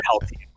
healthy